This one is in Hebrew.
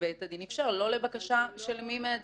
לא לבקשה של מי מהצדדים.